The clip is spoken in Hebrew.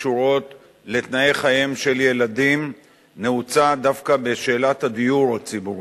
שקשורות לתנאי חייהם של ילדים נעוצה דווקא בשאלת הדיור הציבורי.